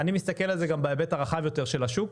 אני מסתכל על זה גם בהיבט הרחב יותר של השוק.